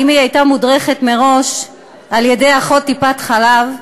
אילו היא הייתה מודרכת מראש על-ידי אחות טיפת-חלב,